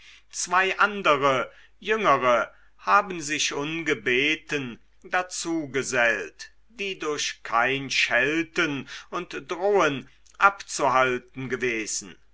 zwei andere jüngere haben sich ungebeten dazu gesellt die durch kein schelten und drohen abzuhalten gewesen